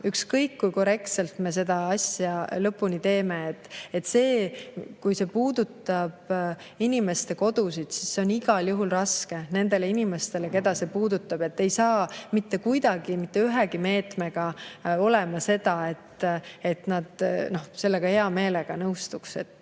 ükskõik kui korrektselt me seda asja lõpuni teeme. Kui see puudutab inimeste kodusid, siis see on igal juhul raske nendele inimestele, keda see puudutab. Ei [saavuta] mitte kuidagi mitte ühegi meetmega seda, et nad hea meelega nõustuksid.